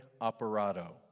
operato